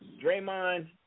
Draymond